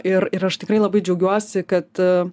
ir ir aš tikrai labai džiaugiuosi kad